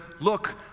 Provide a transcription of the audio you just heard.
look